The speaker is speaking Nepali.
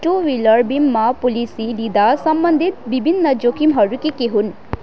टु ह्विलर बिमा पोलिसी लिँदा सम्बन्धित विभिन्न जोखिमहरू के के हुन्